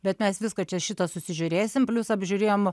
bet mes viską čia šitą susižiūrėsim plius apžiūrėjom